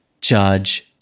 judge